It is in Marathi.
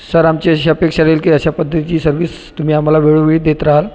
सर आमची अशी अपेक्षा राहील की अशा पद्धतीची सर्विस तुम्ही आम्हाला वेळोवेळी देत रहाल